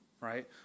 right